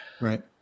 Right